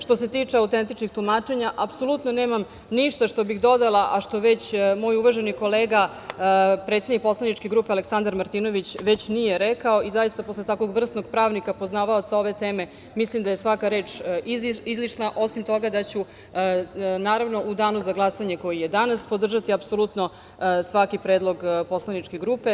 Što se tiče autentičnog tumačenja, apsolutno nemam ništa što bih dodala, a što već moj uvaženi kolega predsednik poslaničke grupe Aleksandar Martinović već nije rekao i zaista posle tako vrsnog pravnika, poznavaoca ove teme mislim da je svaka reč izlišna, osim toga da ću naravno u dana za glasanje, koji je danas, podržati apsolutno svaki predlog poslaničke grupe.